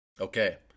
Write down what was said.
Okay